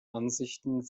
ansichten